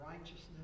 righteousness